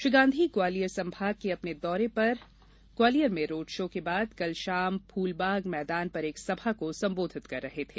श्री गांधी ग्वालियर संभाग के अपने दौरे पर ग्वालियर में रोड शो के बाद कल शाम फूलबाग मैदान पर एक सभा को संबोधित कर रहे थे